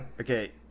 Okay